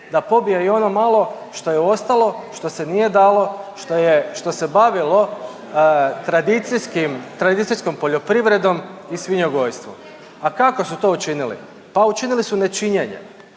da pobije i ono malo što je ostalo, što se nije dalo, što se bavilo tradicijskim, tradicijskom poljoprivredom i svinjogojstvom. A kako su to učinili? Pa učinili su nečinjenjem.